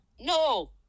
no